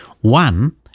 One